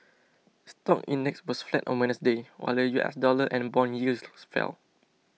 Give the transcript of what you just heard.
stock index was flat on Wednesday while the U S dollar and bond yields fell